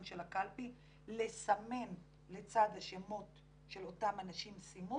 יש החלטה על איזה תוכנית עבודה הולכים.